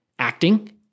Acting